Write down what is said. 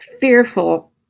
fearful